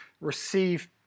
receive